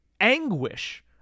anguish